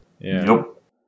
Nope